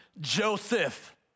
Joseph